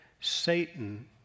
Satan